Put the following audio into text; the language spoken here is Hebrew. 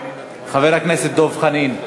אני.